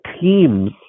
teams